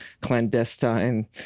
clandestine